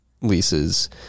leases